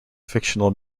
fictional